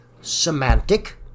Semantic